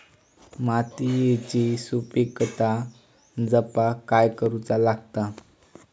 मातीयेची सुपीकता जपाक काय करूचा लागता?